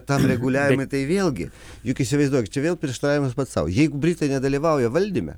tam reguliavimui tai vėlgi juk įsivaizduok čia vėl prieštaravimas pats sau jeigu britai nedalyvauja valdyme